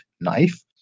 knife